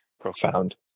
profound